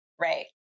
Right